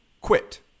Quit